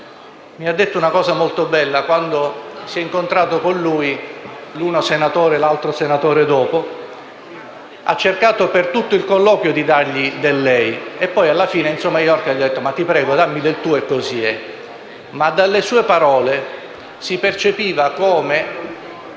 mi ha detto una cosa molto bella. Quando si è incontrato con lui - l'uno senatore e l'altro futuro senatore - ha cercato per tutto il colloquio di dargli del lei e poi, alla fine, Enzo Maiorca gli ha detto: «Ti prego, dammi del tu», e così fu.